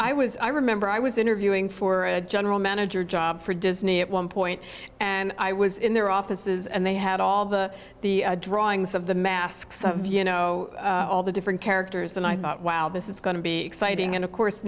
was i remember i was interviewing for a general manager job for disney at one point and i was in their offices and they had all the drawings of the masks of you know all the different characters and i thought wow this is going to be exciting and of course